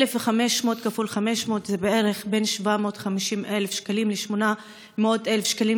1,500 כפול 500 זה בערך בין 750,000 שקלים ל-800,000 שקלים.